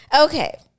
Okay